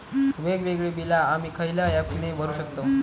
वेगवेगळी बिला आम्ही खयल्या ऍपने भरू शकताव?